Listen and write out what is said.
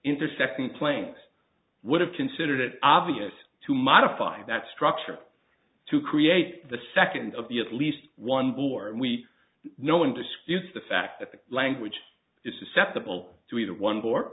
intersecting planes would have considered it obvious to modify that structure to create the second of the at least one bore and we no one disputes the fact that the language is susceptible to either one b